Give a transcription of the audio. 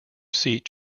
seat